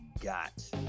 got